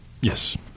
Yes